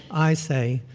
i say,